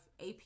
AP